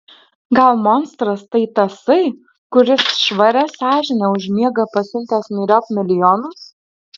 gal monstras tai tasai kuris švaria sąžine užmiega pasiuntęs myriop milijonus